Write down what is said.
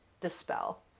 dispel